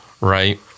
right